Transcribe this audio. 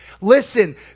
Listen